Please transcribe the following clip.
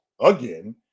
Again